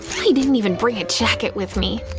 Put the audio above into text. i didn't even bring a jacket with me.